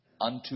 unto